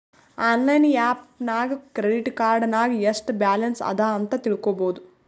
online app ನಾಗ್ credit card ನಾಗ್ ಎಸ್ಟ್ ಬ್ಯಾಲನ್ಸ್ ಅದಾ ಅಂತ್ ತಿಳ್ಕೊಬೋದು